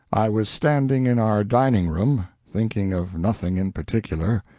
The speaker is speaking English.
i was standing in our dining-room, thinking of nothing in particular,